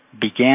began